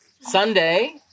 Sunday